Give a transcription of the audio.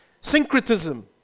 Syncretism